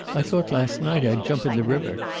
i thought last night i'd jump in the river.